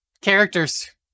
characters